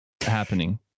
happening